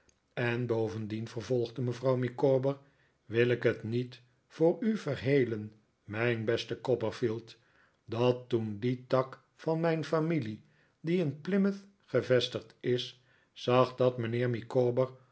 en bovendien vervolgde mevrouw micawber wil ik het niet voor u verhelen mijn beste copperfielddat toen die tak van mijn familie die in plymouth gevestigd is zag dat mijnheer